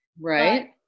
Right